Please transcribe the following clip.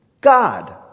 God